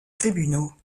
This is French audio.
tribunaux